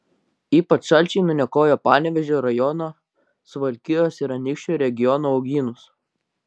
ypač šalčiai nuniokojo panevėžio rajono suvalkijos ir anykščių regiono uogynus